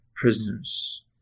prisoners